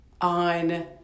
on